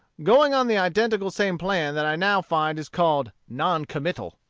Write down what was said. going on the identical same plan that i now find is called non-committal.